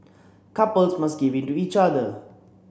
couples must give in to each other